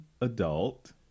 adult